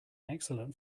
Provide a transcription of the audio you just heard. excellent